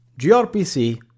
GRPC